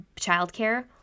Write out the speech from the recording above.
childcare